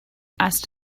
asked